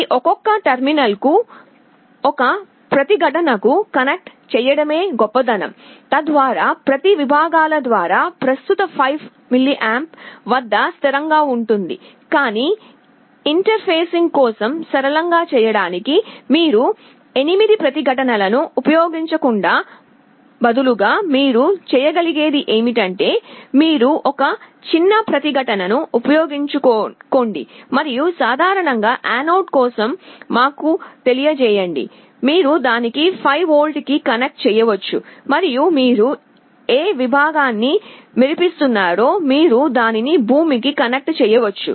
ఈ ఒక్కొక్క టెర్మినల్కు ఒక ప్రతిఘటనను కనెక్ట్ చేయడమే గొప్పదనం తద్వారా ప్రతి విభాగాల ద్వారా ప్రస్తుత 5mA వద్ద స్థిరంగా ఉంటుంది కాని ఇంటర్ఫేసింగ్ కోసం సరళంగా చేయడానికి మీరు 8 ప్రతిఘటనలను ఉపయోగించకుండా బదులుగా మీరు చేయగలిగేది ఏమిటంటే మీరు ఒక చిన్న ప్రతిఘటనను ఉపయోగించుకోండి మరియు సాధారణ యానోడ్ కోసం మాకు తెలియజేయండి మీరు దానిని 5V కి కనెక్ట్ చేయవచ్చు మరియు మీరు ఏ విభాగాన్ని మెరుస్తున్నారో మీరు దానిని భూమికి కనెక్ట్ చేయవచ్చు